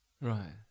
Right